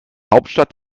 hauptstadt